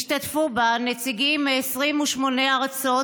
השתתפו בה נציגים מ-28 ארצות,